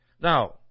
Now